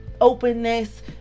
openness